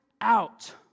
out